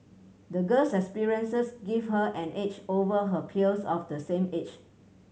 the girl's experiences gave her an edge over her peers of the same age